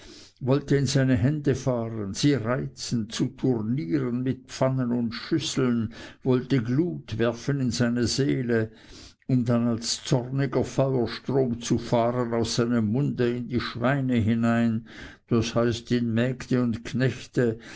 wollte in seine hände fahren sie reizen zu turnieren mit pfannen und schüsseln wollte glut werfen in seine seele um dann als zorniger feuerstrom zu fahren aus seinem munde in die schweine hinein das heißt in mägde und knechte